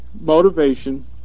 motivation